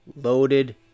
loaded